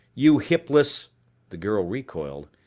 you hipless the girl recoiled.